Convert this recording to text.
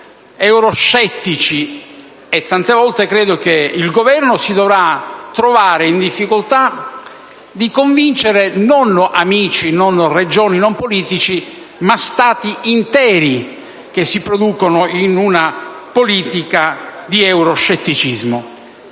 Tante volte, credo, il Governo si troverà nella difficoltà di convincere non amici, non Regioni, non politici, ma Stati interi che si producono in una politica di euroscetticismo.